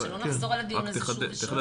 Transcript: שלא נחזור על הדיון הזה שוב ושוב.